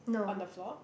on the floor